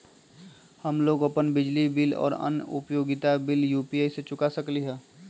हम लोग अपन बिजली बिल और अन्य उपयोगिता बिल यू.पी.आई से चुका सकिली ह